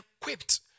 equipped